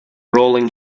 rolling